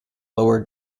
lower